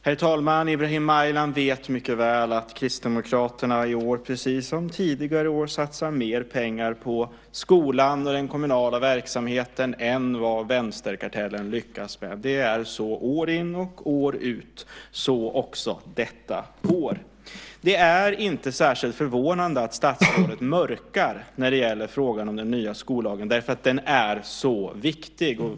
Herr talman! Ibrahim Baylan vet mycket väl att Kristdemokraterna i år precis som tidigare år satsar mer pengar på skolan och den kommunala verksamheten än vad vänsterkartellen lyckas med. Det är så år in och år ut, så också detta år. Det är inte särskilt förvånande att statsrådet mörkar när det gäller frågan om den nya skollagen. Den är så viktig.